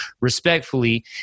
respectfully